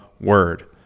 word